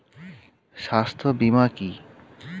স্বাস্থ্য বীমা কি?